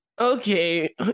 okay